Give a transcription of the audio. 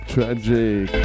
Tragic